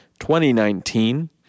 2019